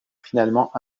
finalement